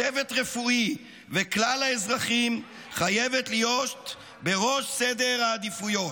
צוות רפואי וכלל האזרחים חייבת להיות בראש סדר העדיפויות,